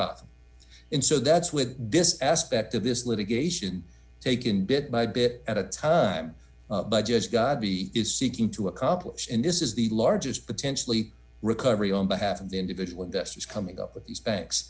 in so that's with this aspect of this litigation taken bit by bit at a time by just god he is seeking to accomplish and this is the largest potentially recovery on behalf of the individual investors coming up with these banks